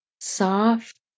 soft